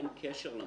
אין קשר למוטב.